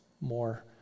more